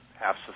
half